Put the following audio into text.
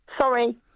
Sorry